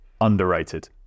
Underrated